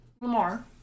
Lamar